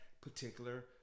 particular